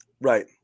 Right